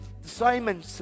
Simon